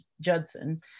Judson